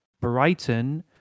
Brighton